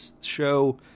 show